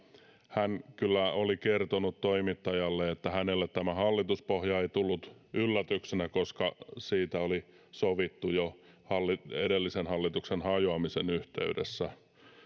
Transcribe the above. hän kyllä oli kertonut toimittajalle että hänelle tämä hallituspohja ei tullut yllätyksenä koska siitä oli sovittu jo edellisen hallituksen hajoamisen yhteydessä